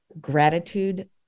gratitude